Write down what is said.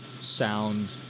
sound